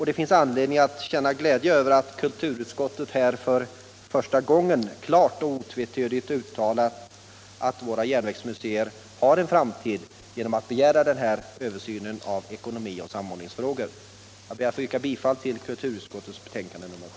Det finns anledning att känna glädje över att kulturutskottet här för första gången klart och otvetydigt har uttalat att våra järnvägsmuseer har en framtid genom att begära denna översyn av ekonomioch samordningsfrågor. Jag ber att få yrka bifall till hemställan i kulturutskottets betänkande nr 17.